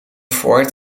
voort